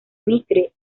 mitre